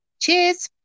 Cheers